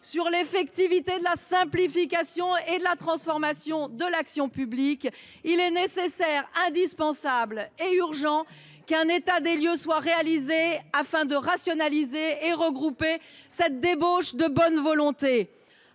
sur l’effectivité de la simplification et de la transformation de l’action publique –, il est nécessaire, indispensable et urgent qu’un état des lieux soit réalisé, afin de rationaliser et de regrouper cette débauche de bonne volonté.